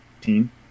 team